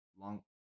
long